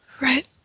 Right